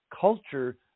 culture